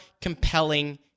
compelling